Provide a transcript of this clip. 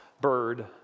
bird